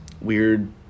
weird